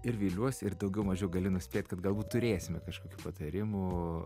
ir viliuosi ir daugiau mažiau galiu nuspėt kad galbūt turėsime kažkokių patarimų